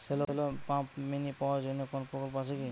Shallow pump mini power জন্য কোনো প্রকল্প আছে কি?